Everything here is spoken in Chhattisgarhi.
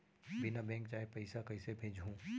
बिना बैंक जाए पइसा कइसे भेजहूँ?